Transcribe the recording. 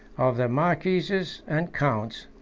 of the marquises and counts,